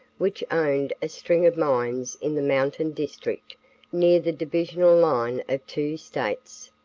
which owned a string of mines in the mountain district near the divisional line of two states.